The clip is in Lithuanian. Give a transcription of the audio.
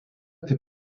taip